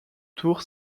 tour